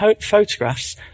photographs